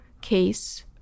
case